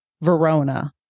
Verona